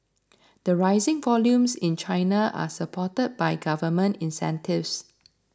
the rising volumes in China are supported by government incentives